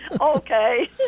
Okay